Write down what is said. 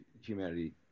humanity